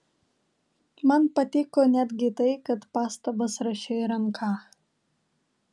man patiko netgi tai kad pastabas rašei ranka